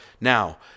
Now